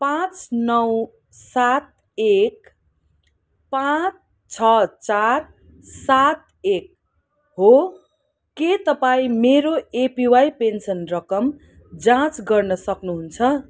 पाँच नौ सात एक पाँच छ चार सात एक हो के तपाईँ मेरो एपिवाई पेन्सन रकम जाँच गर्न सक्नुहुन्छ